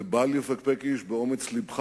ובל יפקפק איש באומץ לבך